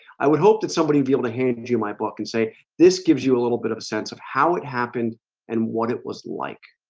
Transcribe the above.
i would hope that somebody be able to hand and you my book and say this gives you a little bit of a sense of how it happened and what it was like